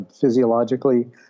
physiologically